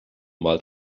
mal